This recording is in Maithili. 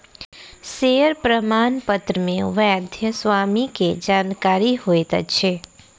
शेयर प्रमाणपत्र मे वैध स्वामी के जानकारी होइत अछि